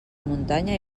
muntanya